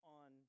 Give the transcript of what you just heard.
on